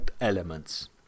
elements